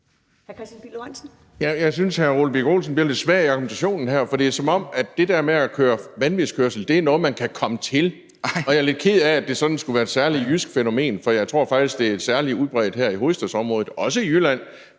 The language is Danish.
Ole Birk Olesen bliver lidt svag i argumentationen her, for det er, som om det der med at køre vanvidskørsel er noget, man kan komme til. Og jeg er lidt ked af, at det sådan skulle være et særligt jysk fænomen, for jeg tror faktisk, at det er særlig udbredt her i hovedstadsområdet – det er det også i Jylland,